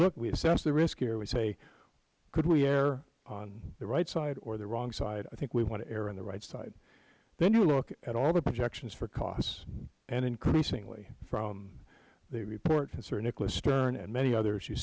here we say could we err on the right side or the wrong side i think we want to err on the right side then you look at all the projections for cost and increasingly from the report from sir nicholas stern and many others you